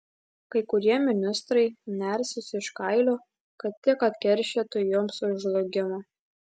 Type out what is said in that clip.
kai kurie ministrai nersis iš kailio kad tik atkeršytų jums už žlugimą